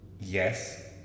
Yes